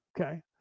Okay